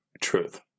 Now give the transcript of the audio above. Truth